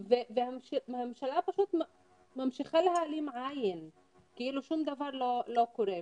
והממשלה פשוט ממשיכה להעלים עין כאילו שום דבר לא קורה.